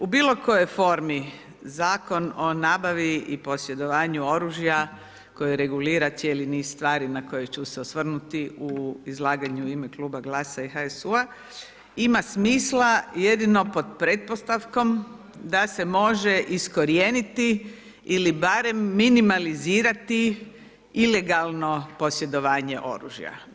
U bilo kojoj formi Zakon o nabavi i posjedovanju oružja koji regulira cijeli niz stvari na koje ću se osvrnuti u izlaganju u ime Kluba Glasa i HSU-a ima smisla jedino pod pretpostavkom da se može iskorijeniti ili barem minimalizirati ilegalno posjedovanje oružja.